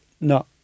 no